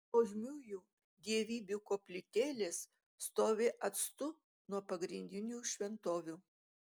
nuožmiųjų dievybių koplytėlės stovi atstu nuo pagrindinių šventovių